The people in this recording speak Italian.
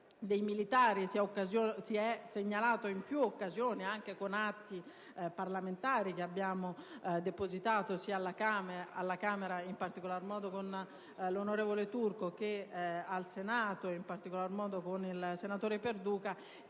dei militari, abbiamo segnalato in più occasioni, anche con atti parlamentari che abbiamo depositato sia alla Camera, in particolare con l'onorevole Maurizio Turco, che al Senato, in particolar modo con il senatore Perduca,